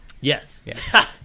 Yes